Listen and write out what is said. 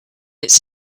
its